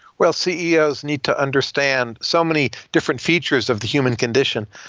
well, ceos need to understand so many different features of the human condition.